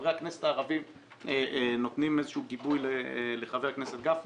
חברי הכנסת הערבים נותנים איזשהו גיבוי לחבר הכנסת גפני.